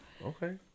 Okay